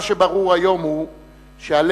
מה שברור היום הוא שהלקח